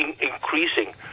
increasing